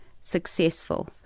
successful